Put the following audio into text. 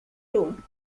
dumm